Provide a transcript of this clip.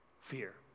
fear